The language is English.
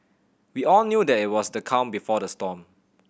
we all knew that it was the calm before the storm